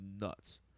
nuts